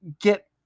get